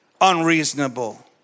unreasonable